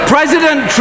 President